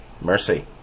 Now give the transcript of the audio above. Mercy